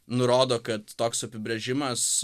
nurodo kad toks apibrėžimas